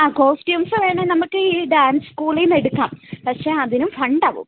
ആ കോസ്റ്റുംസ് വേണമെങ്കിൽ നമുക്ക് ഈ ഡാൻസ് സ്കൂലിൽ നിന്ന് എടുക്കാം പക്ഷെ അതിന് ഫണ്ടാവും